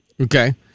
Okay